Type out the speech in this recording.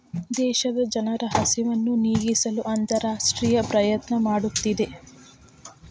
ದೇಶದ ಜನರ ಹಸಿವನ್ನು ನೇಗಿಸಲು ಅಂತರರಾಷ್ಟ್ರೇಯ ಪ್ರಯತ್ನ ಮಾಡುತ್ತಿದೆ